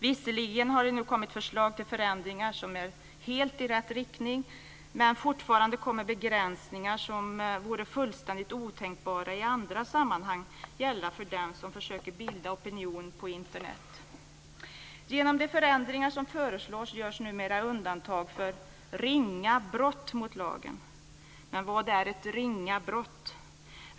Visserligen har det nu kommit förslag till förändringar som är helt i rätt riktning, men fortfarande kommer begränsningar som vore fullständigt otänkbara i andra sammanhang att gälla för dem som försöker bilda opinion på Internet. Genom de förändringar som föreslås görs numera undantag för ringa brott mot lagen. Men vad är ett "ringa brott"?